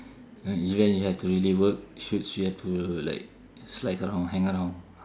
event you have to really work shoots you have to like slack around hang around